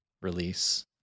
release